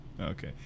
Okay